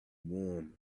warm